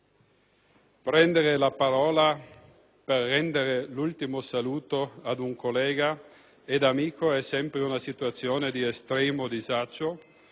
prendere la parola per rendere l'ultimo saluto ad un collega e amico è sempre una situazione di estremo disagio.